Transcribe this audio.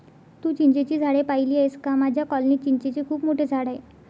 तू चिंचेची झाडे पाहिली आहेस का माझ्या कॉलनीत चिंचेचे खूप मोठे झाड आहे